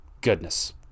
goodness